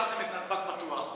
השארתם את נתב"ג פתוח,